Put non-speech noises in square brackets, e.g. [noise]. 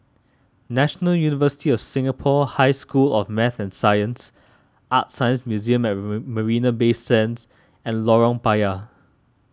National University of Singapore High School of Math and Science ArtScience Museum at [noise] Marina Bay Sands and Lorong Payah